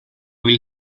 hil